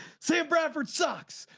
sam bradford sucks.